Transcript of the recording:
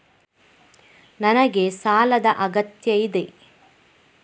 ನನಗೆ ಸಾಲದ ಅಗತ್ಯ ಇದೆ?